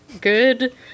Good